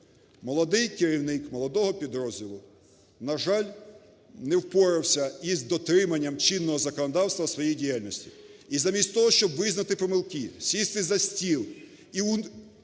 молодий керівник молодого підрозділу, на жаль, не впорався із дотриманням чинного законодавства у своїй діяльності. І замість того, щоб визнати помилки, сісти за стіл і,